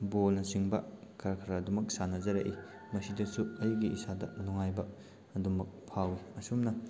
ꯕꯣꯜꯅꯆꯤꯡꯕ ꯈꯔ ꯈꯔ ꯑꯗꯨꯝꯃꯛ ꯁꯥꯟꯅꯖꯔꯛꯏ ꯃꯁꯤꯗꯁꯨ ꯑꯩꯒꯤ ꯏꯁꯥꯗ ꯅꯨꯡꯉꯥꯏꯕ ꯑꯗꯨꯝꯃꯛ ꯐꯥꯎꯋꯤ ꯑꯁꯨꯝꯅ